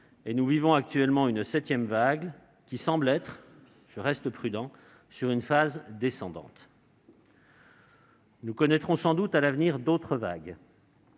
Nous vivons actuellement une septième vague, qui semble être- je reste prudent -sur une phase descendante. Nous connaîtrons sans doute à l'avenir d'autres vagues.